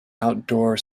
outdoor